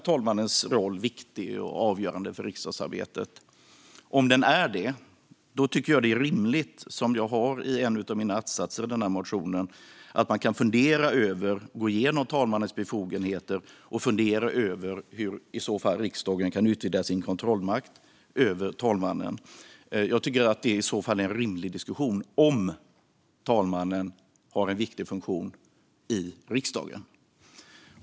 Är talmannens roll viktig och avgörande för riksdagsarbetet? Om den är det tycker jag att det är rimligt att man kan gå igenom talmannens befogenheter och fundera över hur riksdagen i så fall kan utvidga sin kontrollmakt över talmannen, vilket jag tar upp i en av att-satserna i motionen. Det är i så fall en rimlig diskussion om talmannen har en viktig funktion i riksdagen.